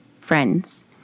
friends